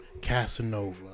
Casanova